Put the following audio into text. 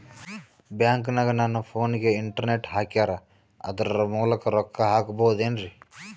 ಬ್ಯಾಂಕನಗ ನನ್ನ ಫೋನಗೆ ಇಂಟರ್ನೆಟ್ ಹಾಕ್ಯಾರ ಅದರ ಮೂಲಕ ರೊಕ್ಕ ಹಾಕಬಹುದೇನ್ರಿ?